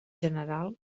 general